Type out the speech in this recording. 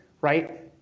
right